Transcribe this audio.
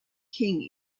king